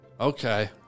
Okay